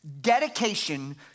dedication